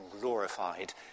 glorified